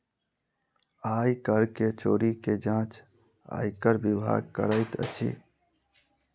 आय कर के चोरी के जांच आयकर विभाग करैत अछि